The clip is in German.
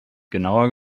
genauer